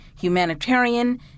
humanitarian